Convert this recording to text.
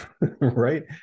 right